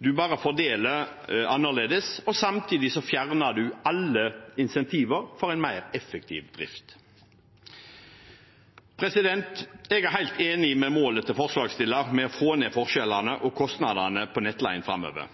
en bare fordeler annerledes og fjerner samtidig alle incentiver for en mer effektiv drift. Jeg er helt enig med målet til forslagsstillerne om å få ned forskjellene og kostnadene på nettleien framover,